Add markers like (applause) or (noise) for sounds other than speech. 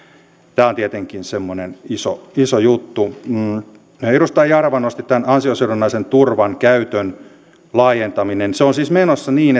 tämä on tietenkin semmoinen iso iso juttu edustaja jarva nosti tämän ansiosidonnaisen turvan käytön laajentamisen se on siis menossa niin (unintelligible)